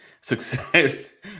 success